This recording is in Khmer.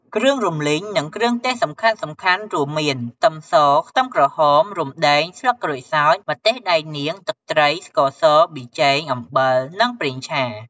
គ្រឿងរំលីង និងគ្រឿងទេសសំខាន់ៗរួមមាន ខ្ទឹមស ខ្ទឹមក្រហម រុំដេង ស្លឹកក្រូចសើច ម្ទេសដៃនាង ទឹកត្រី ស្ករស ប៊ីចេង អំបិល និងប្រេងឆា។